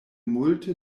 multe